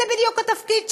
זה בדיוק התפקיד שלו,